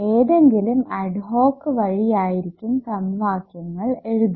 ഏതെങ്കിലും ad hoc വഴി ആയിരിക്കും സമവാക്യങ്ങൾ എഴുതുക